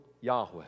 Yahweh